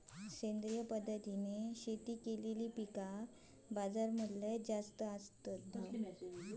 सेंद्रिय पद्धतीने शेती केलेलो पिकांका बाजारमूल्य जास्त आसा